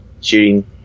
shooting